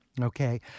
Okay